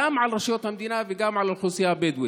גם על רשויות המדינה וגם על האוכלוסייה הבדואית.